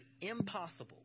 impossible